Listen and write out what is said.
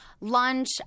Lunch